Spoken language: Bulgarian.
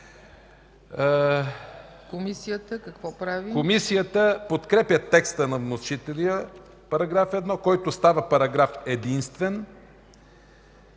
Комисията подкрепя текста на вносителя за § 1, който става параграф единствен.